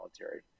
military